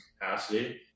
capacity